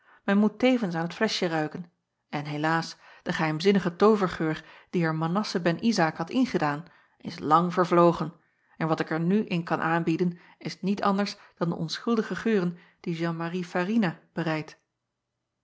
men moet tevens aan t fleschje ruiken en helaas de geheimzinnige toovergeur die er anasse ben zaak had ingedaan is lang vervlogen en wat ik er nu in kan aanbieden is niet anders dan de onschuldige geuren die ean arie arina bereidt